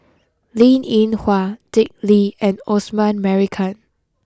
Linn In Hua Dick Lee and Osman Merican